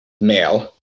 male